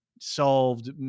solved